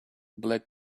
black